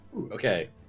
Okay